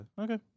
Okay